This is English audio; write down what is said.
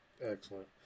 Excellent